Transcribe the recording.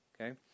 Okay